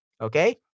Okay